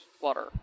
water